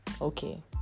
okay